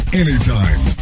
anytime